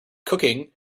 cooking